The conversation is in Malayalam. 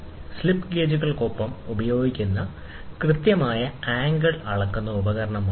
സ്ലിപ്പ് ഗേജുകൾക്കൊപ്പം ഉപയോഗിക്കുന്ന കൃത്യമായ ആംഗിൾ അളക്കുന്ന ഉപകരണമാണിത്